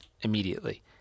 immediately